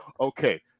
okay